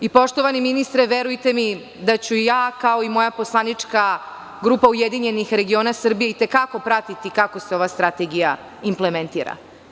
Poštovani ministre, verujte mi da ću i ja kao i moja poslanička grupa URS i te kako pratiti kako se ova strategija implementira.